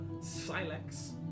Silex